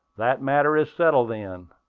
that matter is settled, then,